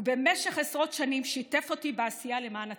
ובמשך עשרות שנים שיתף אותי בעשייה למען הציבור.